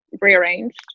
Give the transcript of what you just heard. rearranged